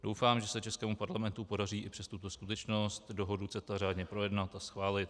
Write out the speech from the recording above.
Doufám, že se českému Parlamentu podaří i přes tuto skutečnost dohodu CETA řádně projednat a schválit.